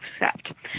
accept